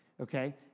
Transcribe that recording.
Okay